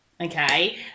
okay